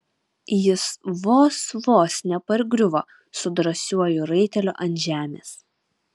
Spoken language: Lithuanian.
jis vos vos nepargriuvo su drąsiuoju raiteliu ant žemės